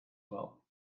well